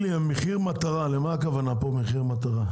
למה הכוונה במחיר מטרה?